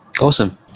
Awesome